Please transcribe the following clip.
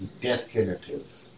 Definitive